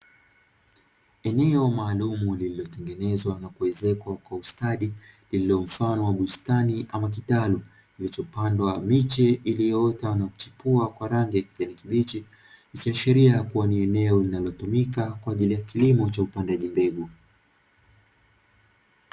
Eneo maalumu lililotengenezwa na kuezekwa kwa ustadi lililomfano wa bustani ama kitalu kilichopandwa miche iliyoota na kuchipua kwa rangi ya kijani kibichi, ikiashiria kuwa ni eneo linalo tumikalo kwa ajili ya kilimo cha upandaji mbegu.